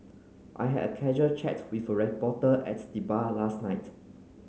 I had a casual chat with reporter at the bar last night